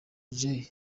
jay